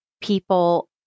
people